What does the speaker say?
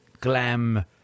glam